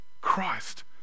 Christ